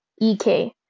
EK